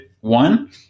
one